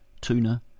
tuna